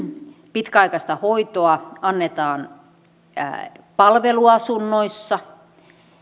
pitkäaikaista hoitoa annetaan palveluasunnoissa